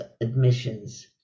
admissions